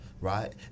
right